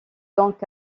donc